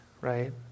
right